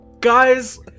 guys